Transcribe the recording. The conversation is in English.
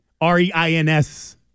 R-E-I-N-S